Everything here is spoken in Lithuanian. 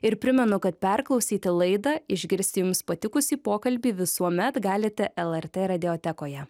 ir primenu kad perklausyti laidą išgirsti jums patikusį pokalbį visuomet galite lrt radiotekoje